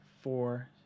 four